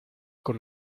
con